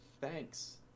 Thanks